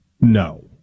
no